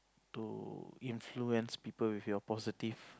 to influence people with your positive